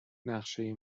نقشه